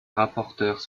rapporteure